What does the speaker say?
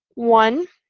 one,